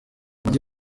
mujyi